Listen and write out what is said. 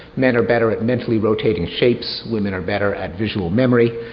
men are better at mentally rotating shapes, women are better at visual memory.